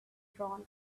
drawn